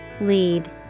Lead